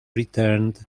returned